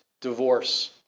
divorce